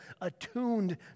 attuned